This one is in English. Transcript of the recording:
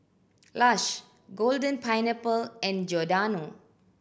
Lush Golden Pineapple and Giordano